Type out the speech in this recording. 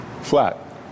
Flat